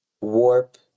warp